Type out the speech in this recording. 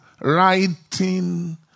writing